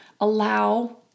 allow